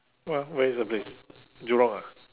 whe~ where is the place jurong ah